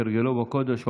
כהרגלו בקודש,